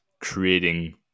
creating